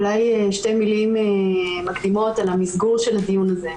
אולי שתי מלים מקדימות על המסגור של הדיון הזה.